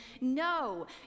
No